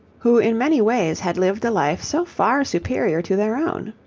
who in many ways had lived a life so far superior to their own.